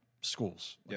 schools